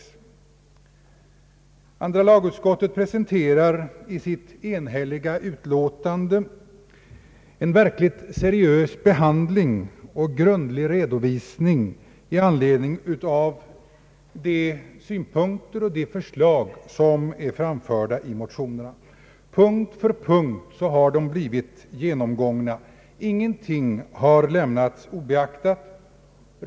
Andra lagutskottet presenterar i sitt enhälliga utlåtande en verkligt seriös behandling och grundlig redovisning 1 anledning av de synpunkter och förslag som är framförda i motionerna. Punkt för punkt har de blivit genomgångna. Ingenting har lämnats obeaktat.